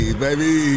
baby